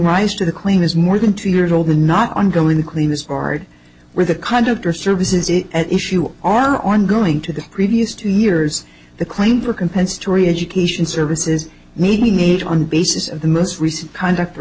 rise to the claim is more than two years old and not ongoing cleanness board where the conduct or service is at issue are ongoing to the previous two years the claim for compensatory education services may be made on the basis of the most recent conduct or